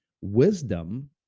Wisdom